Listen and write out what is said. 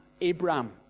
Abraham